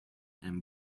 and